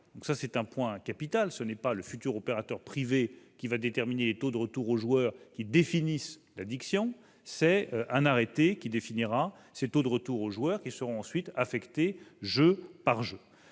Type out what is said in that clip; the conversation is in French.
par arrêté. Ce point est capital. Ce n'est pas le futur opérateur privé qui va déterminer les taux de retour aux joueurs qui définissent l'addiction. Il reviendra à un arrêté de définir ces taux de retour aux joueurs qui seront ensuite affectés jeu par jeu.